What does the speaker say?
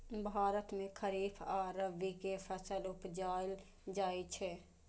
भारत मे खरीफ आ रबी के फसल उपजाएल जाइ छै